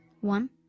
one